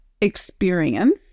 experience